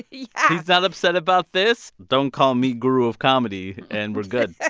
yeah he's not upset about this? don't call me guru of comedy, and we're good